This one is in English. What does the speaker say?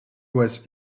was